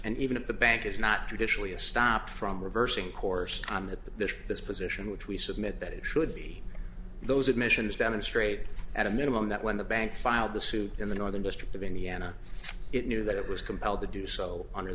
and even if the bank is not traditionally a stopped from reversing course on that there's this position which we submit that it should be those admissions demonstrate at a minimum that when the bank filed the suit in the northern district of indiana it knew that it was compelled to do so under